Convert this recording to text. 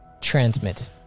...transmit